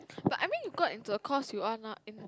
but I mean you got into a course you are not in